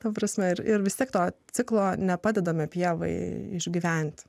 ta prasme ir ir vis tiek to ciklo nepadedame pievai išgyventi